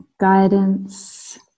guidance